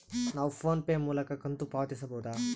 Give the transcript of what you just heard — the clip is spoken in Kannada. ನಾವು ಫೋನ್ ಪೇ ಮೂಲಕ ಕಂತು ಪಾವತಿಸಬಹುದಾ?